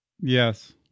Yes